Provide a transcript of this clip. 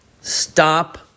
Stop